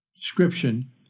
description